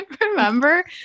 remember